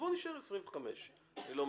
בואו נישאר ב-25 ימים.